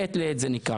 מעת לעת זה נקרא.